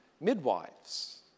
midwives